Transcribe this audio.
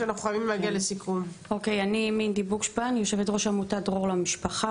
אני יושבת ראש עמותת דרור למשפחה,